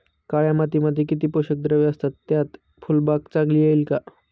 काळ्या मातीमध्ये किती पोषक द्रव्ये असतात, त्यात फुलबाग चांगली येईल का?